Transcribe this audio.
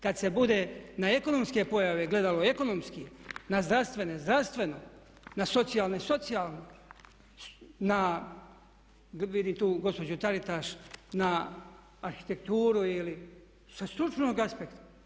Kad se bude na ekonomske pojave gledalo ekonomski, na zdravstvene zdravstveno, na socijalne socijalno, na vidim tu gospođu Taritaš na arhitekturu ili sa stručnog aspekta.